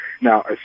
now